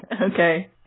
Okay